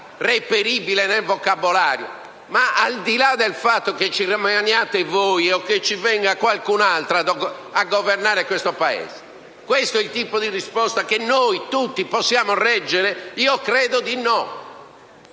reperibile nel vocabolario? Al di là del fatto che ci rimaniate voi o che venga qualcun altro a governare questo Paese, questo è il tipo di risposta che noi tutti possiamo reggere? Credo di no: